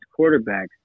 quarterbacks